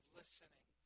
listening